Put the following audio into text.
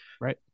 Right